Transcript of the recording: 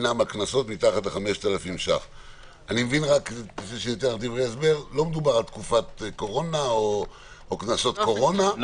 אני מבין שלא מדובר על תקופת קורונה או קנסות קורונה,